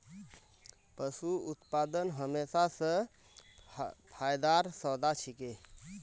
पशू उत्पादन हमेशा स फायदार सौदा छिके